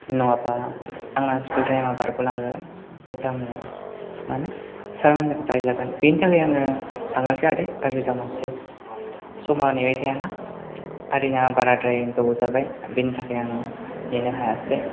नङाबा आंना स्कुल टाइमा बारग'लाङो अब्ला आङो सारमोनजों रायजागोन बेनिथाखाय आङो थांग्रोनोसै आदै गाज्रि दामोनसै समा नेबाय थायाना आदैना बाराद्राय गोबाव जाबाय बेनि थाखाय आं नेनो हायासै